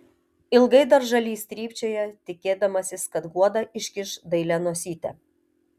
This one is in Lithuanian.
ilgai dar žalys trypčioja tikėdamasis kad guoda iškiš dailią nosytę